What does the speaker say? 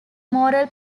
moral